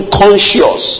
conscious